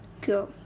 go